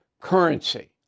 currency